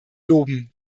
loben